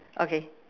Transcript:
okay